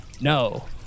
no